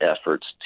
efforts